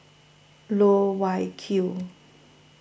Loh Wai Kiew